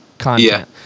Content